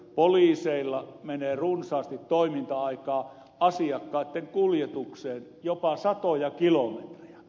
poliiseilla menee runsaasti toiminta aikaa asiakkaitten kuljetukseen jopa satoja kilometrejä